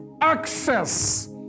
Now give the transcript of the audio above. access